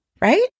Right